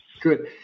Good